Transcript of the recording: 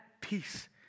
peace